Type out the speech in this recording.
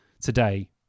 today